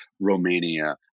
Romania